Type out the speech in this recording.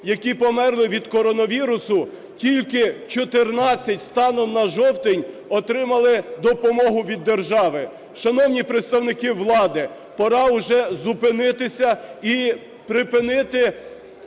які померли від коронавірусу, тільки 14 станом на жовтень отримали допомогу від держави. Шановні представники влади, пора уже зупинитися і припинити